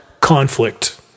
conflict